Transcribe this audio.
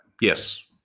Yes